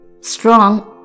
strong